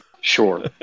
Sure